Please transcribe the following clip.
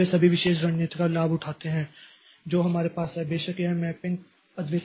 इसलिए वे इस विशेष रणनीति का लाभ उठाते हैं जो हमारे पास है बेशक यह मैपिंग अद्वितीय हैं